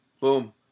boom